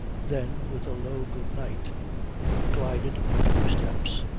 then, with a low good-night glided a few steps,